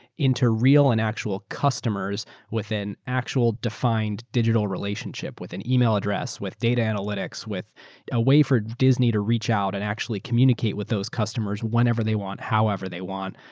into real and actual customers with an actual defined digital relationship, with an email address, with data analytics, with a way for disney to reach out and actually communicate with those customers whenever they want, however they want,